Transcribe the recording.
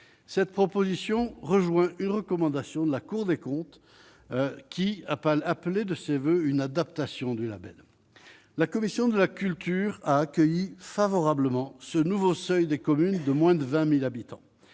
cette proposition rejoint une recommandation de la Cour des comptes qui a pas appelé de ses voeux une adaptation du Label, la commission de la culture, a accueilli favorablement ce nouveau seuil des communes de moins de 20000 habitants,